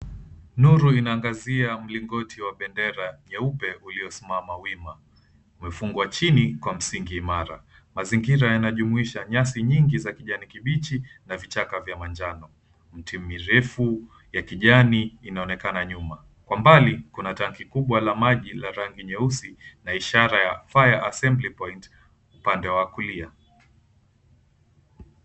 Nuru inaangazia mlingoti wa bendera nyeupe uliosimama wima. Umefungwa chini kwa msingi imara. Mazingira yanajumuisha nyasi nyingi za kijani kibichi na vichaka vya manjano. Miti mirefu ya kijani inaonekana nyuma. Kwa mbali kuna tanki kubwa la maji la rangi nyeusi na ishara ya FIRE ASSEMBLY POINT upande wa kulia.